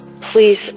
please